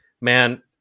man